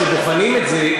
כשבוחנים את זה,